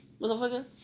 motherfucker